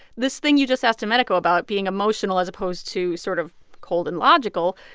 this thing you just asked domenico about being emotional as opposed to sort of cold and logical,